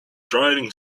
driving